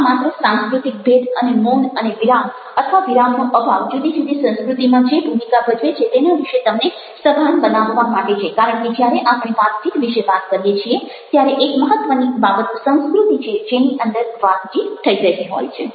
આ માત્ર સાંસ્કૃતિક ભેદ અને મૌન અને વિરામ અથવા વિરામનો અભાવ જુદી જુદી સંસ્કૃતિમાં જે ભૂમિકા ભજવે છે તેના વિશે તમને સભાન બનાવવા માટે છે કારણ કે જ્યારે આપણે વાતચીત વિશે વાત કરીએ છીએ ત્યારે એક મહત્ત્વની બાબત સંસ્કૃતિ છે જેની અંદર વાતચીત થઈ રહી હોય છે